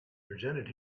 presented